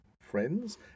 friends